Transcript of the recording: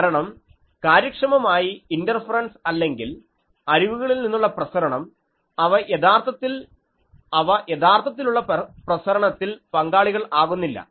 കാരണം കാര്യക്ഷമമായി ഇൻറർഫറൻസ് അല്ലെങ്കിൽ അരികുകളിൽ നിന്നുള്ള പ്രസരണം അവ യഥാർത്ഥത്തിലുള്ള പ്രസരണത്തിൽ പങ്കാളികൾ ആകുന്നില്ല